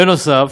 בנוסף,